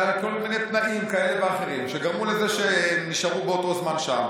היו תנאים כאלה ואחרים שגרמו לזה שהם נשארו באותו זמן שם.